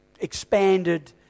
expanded